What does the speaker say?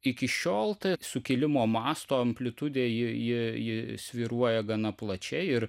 iki šiol tai sukilimo masto amplitudė ji ji ji svyruoja gana plačiai ir